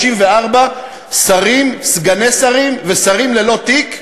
34 שרים, סגני שרים ושרים ללא תיק.